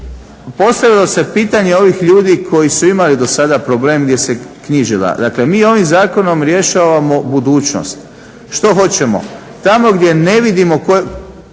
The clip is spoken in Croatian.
Postavilo se pitanje ovih ljudi koji su imali do sada problem gdje se knjižila. Dakle, mi ovim zakonom rješavamo budućnost. Što hoćemo? Tamo gdje ne vidimo, gdje